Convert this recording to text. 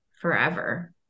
forever